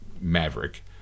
Maverick